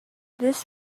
this